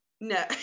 No